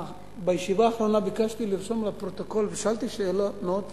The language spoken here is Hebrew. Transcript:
לרשום לפרוטוקול, ושאלתי שאלה מאוד פשוטה: